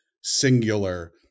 singular